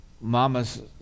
mama's